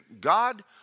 God